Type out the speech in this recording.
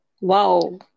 Wow